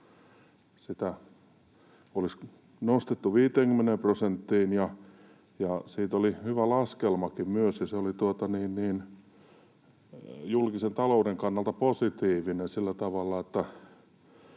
sitä olisi nostettu 50 prosenttiin. Siitä oli hyvä laskelmakin, ja se oli julkisen talouden kannalta positiivinen sillä tavalla,